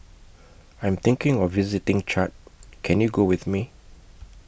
I'm thinking of visiting Chad Can YOU Go with Me